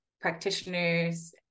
practitioners